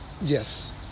Yes